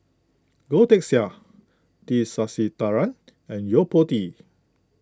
Goh Teck Sian T Sasitharan and Yo Po Tee